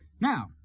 Now